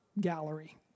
gallery